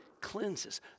cleanses